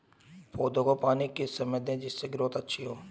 पौधे को पानी किस समय दें जिससे ग्रोथ अच्छी हो?